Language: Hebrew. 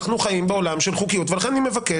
אנחנו חיים בעולם של חוקיות ולכן אני מבקש